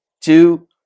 two